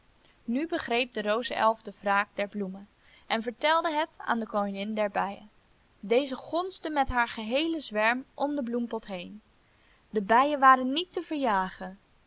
nu begreep de rozenelf de wraak der bloemen en vertelde het aan de koningin der bijen deze gonsde met haar geheelen zwerm om den bloempot heen de bijen waren niet te verjagen